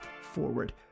forward